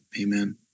Amen